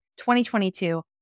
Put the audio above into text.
2022